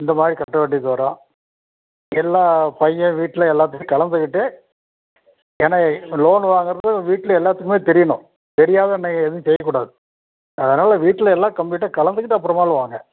இந்த மாதிரி கட்ட வேண்டியது வரும் எல்லாம் பையன் வீட்டில் எல்லாத்துக்கிட்டேயும் கலந்துகிட்டு ஏன்னா லோன் வாங்குறது வீட்டில் எல்லாத்துக்குமே தெரியணும் தெரியாத நா ஏதும் செய்யக்கூடாது அதனால வீட்டில் எல்லாம் கம்ப்ளீட்டா கலந்துக்கிட்டு அப்பறமா வாங்க